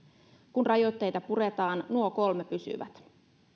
kun rajoitteita puretaan nuo kolme pysyvät